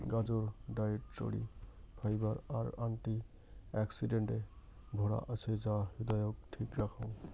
গাজর dietary fibre আর অ্যান্টি অক্সিডেন্টে ভরা আছে যা হৃদয়ক ঠিক রাখং